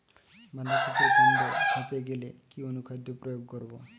বাঁধা কপির কান্ড ফেঁপে গেলে কি অনুখাদ্য প্রয়োগ করব?